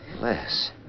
Less